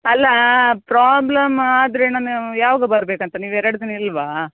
ಅಲ್ಲಾ ಪ್ರಾಬ್ಲಮ್ ಆದರೆ ನಾನು ಯಾವಾಗ ಬರ್ಬೇಕಂತ ನೀವು ಎರಡು ದಿನ ಇಲ್ಲವಾ